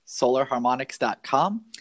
solarharmonics.com